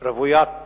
רוויית